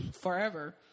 forever